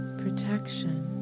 protection